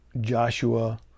Joshua